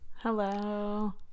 Hello